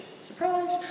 Surprise